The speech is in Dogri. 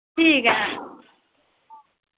ठीक ऐ